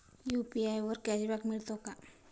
UPI वर cashback मिळतो का?